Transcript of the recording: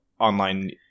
online